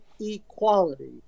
equality